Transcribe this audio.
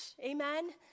amen